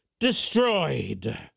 destroyed